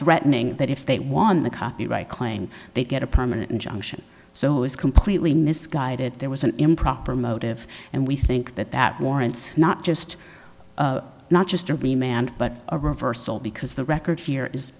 threatening that if they won the copyright claimed they'd get a permanent injunction so it was completely misguided there was an improper motive and we think that that warrants not just not just to be manned but a reversal because the record here is